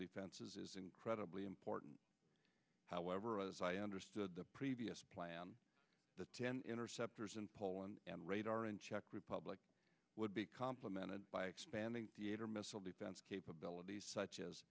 defenses is incredibly important however as i understood the previous plan ten interceptors in poland and radar in czech republic would be complemented by expanding her missile defense capabilities such as